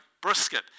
brisket